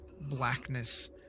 blackness